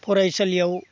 फरायसालियाव